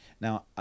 Now